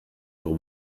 sur